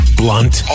blunt